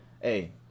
hey